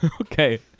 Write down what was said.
Okay